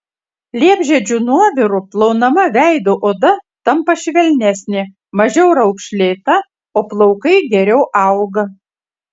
liepžiedžių nuoviru plaunama veido oda tampa švelnesnė mažiau raukšlėta o plaukai geriau auga